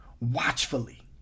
watchfully